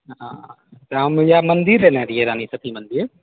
हँ तऽ हम या मन्दिर ऐने रहिऐ रानी सती मन्दिर